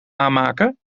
aanmaken